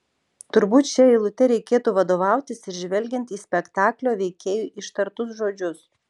turbūt šia eilute reikėtų vadovautis ir žvelgiant į spektaklio veikėjų ištartus žodžius